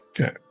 Okay